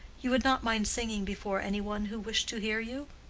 you would not mind singing before any one who wished to hear you?